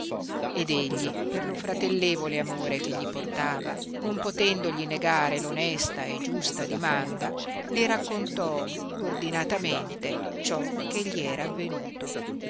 ed egli per lo fratellevole amore che gli portava non potendogli negare l onesta e giusta dimanda li raccontò ordinatamente ciò che gli era avenuto